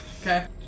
Okay